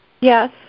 Yes